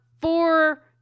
four